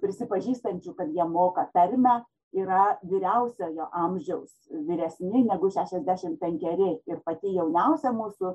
prisipažįstančių kad jie moka tarmę yra vyriausiojo amžiaus vyresni negu šešiašdešimt penkeri ir pati jauniausia mūsų